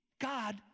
God